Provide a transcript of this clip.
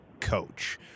coach